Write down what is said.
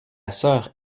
sœur